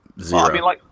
Zero